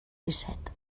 disset